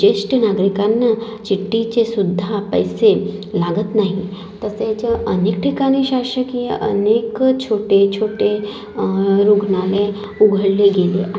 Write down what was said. जेष्ठ नागरिकांना चिठ्ठीचेसुद्धा पैसे लागत नाही तसेच अनेक ठिकाणी शासकीय अनेक छोटेछोटे रुग्णालय उघडले गेले आहे